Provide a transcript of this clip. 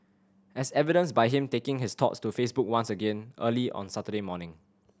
as evidenced by him taking his thoughts to Facebook once again early on Saturday morning